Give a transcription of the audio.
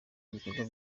igikorwa